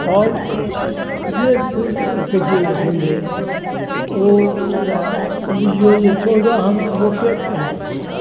फल जे फूल कहै छिए होइए ओ बुझिऔ जे चौदह अना लोके खाइए